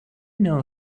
know